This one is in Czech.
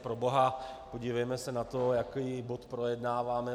Proboha, podívejme se na to, jaký bod projednáváme.